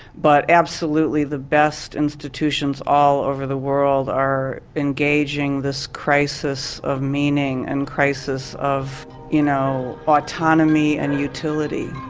but absolutely the best institutions all over the world are engaging this crisis of meaning and crisis of you know autonomy and utility.